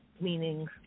Meaning